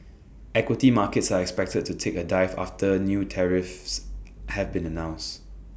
equity markets are expected to take A dive after new tariffs have been announced